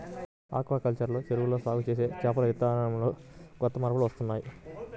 aquaculture లో చెరువుల్లో సాగు చేసే చేపల విధానంతో కొత్త మార్పులు వస్తున్నాయ్